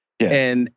Yes